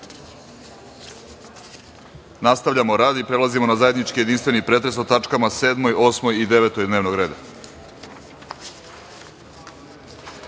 skupštine. Nastavljamo rad i prelazimo na zajednički jedinstveni pretres o tačkama 7, 8. i 9. dnevnog